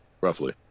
Roughly